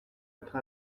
être